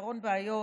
בפתרון בעיות